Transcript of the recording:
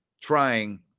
trying